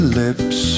lips